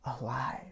alive